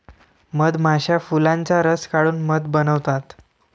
मधमाश्या फुलांचा रस काढून मध बनवतात